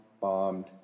bombed